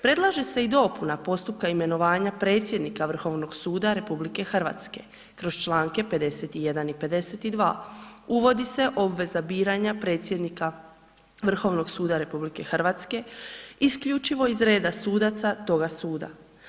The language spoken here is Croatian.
Predlaže se i dopuna postupka imenovanja predsjednika Vrhovnog suda RH kroz Članke 51. i 52., uvodi se obveza biranja predsjednika Vrhovnog suda RH isključivo iz reda sudaca toga suda.